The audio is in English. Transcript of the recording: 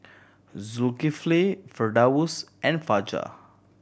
Zulkiflay Firdaus and Fajar